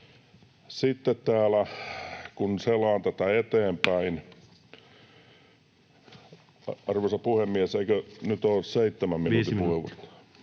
Sitten täällä, kun selaan tätä eteenpäin... — Arvoisa puhemies! Eikö nyt ole seitsemän minuutin puheenvuorot?